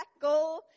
go